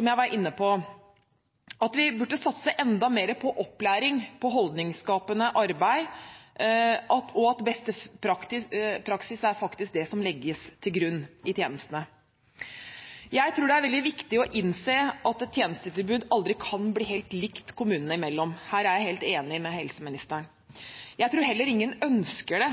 jeg var inne på. Vi burde satse enda mer på opplæring og holdningsskapende arbeid, og at beste praksis faktisk er det som legges til grunn i tjenestene. Jeg tror det er veldig viktig å innse at et tjenestetilbud aldri kan bli helt likt kommunene imellom. Her er jeg helt enig med helseministeren. Jeg tror heller ingen ønsker det.